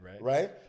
Right